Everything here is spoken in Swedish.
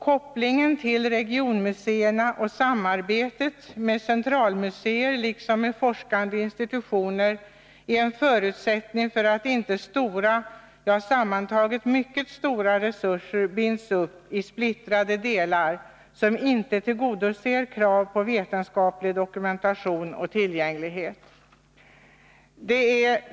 Kopplingen till regionmuseerna och samarbetet med centralmuseer liksom med forskande institutioner är en förutsättning för att inte stora, ja, sammantaget mycket stora resurser skall bindas upp i splittrade delar, som inte tillgodoser kraven på vetenskaplig dokumentation och tillgänglighet.